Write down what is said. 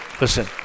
listen